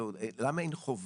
כלומר, למה אין חובה